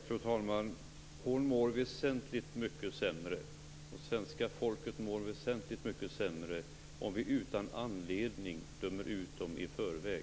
Fru talman! Hon mår väsentligt sämre, och svenska folket mår väsentligt sämre, om vi utan anledning dömer ut människor i förväg.